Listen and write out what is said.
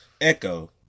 Echo